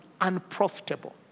unprofitable